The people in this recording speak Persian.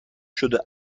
شده